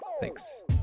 Thanks